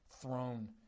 throne